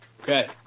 Okay